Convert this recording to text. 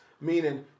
meaning